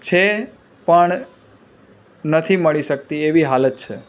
છે પણ નથી મળી શકતી એવી હાલત છે